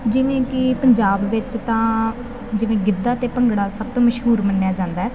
ਜਿਵੇਂ ਕਿ ਪੰਜਾਬ ਵਿੱਚ ਤਾਂ ਜਿਵੇਂ ਗਿੱਧਾ ਅਤੇ ਭੰਗੜਾ ਸਭ ਤੋਂ ਮਸ਼ਹੂਰ ਮੰਨਿਆ ਜਾਂਦਾ